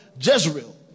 Jezreel